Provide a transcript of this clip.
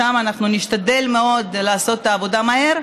שם אנחנו נשתדל מאוד לעשות את העבודה מהר,